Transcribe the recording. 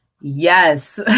yes